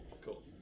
cool